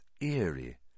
eerie